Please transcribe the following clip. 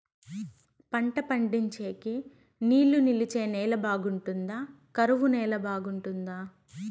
పంట పండించేకి నీళ్లు నిలిచే నేల బాగుంటుందా? కరువు నేల బాగుంటుందా?